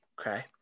Okay